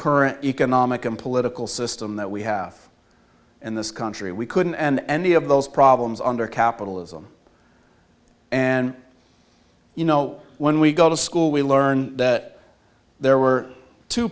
current economic and political system that we have in this country we couldn't and any of those problems under capitalism and you know when we go to school we learn that there were two